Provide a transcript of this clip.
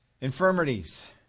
Infirmities